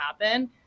happen